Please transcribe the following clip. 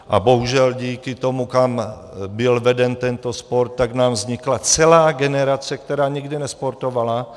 A bohužel díky tomu, kam byl veden tento sport, tak nám vznikla celá generace, která nikdy nesportovala.